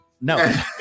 no